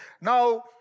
Now